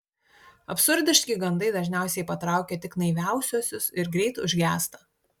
absurdiški gandai dažniausiai patraukia tik naiviausiuosius ir greit užgęsta